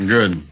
Good